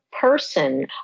person